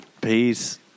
Peace